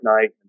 night